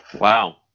Wow